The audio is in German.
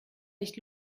nicht